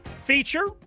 feature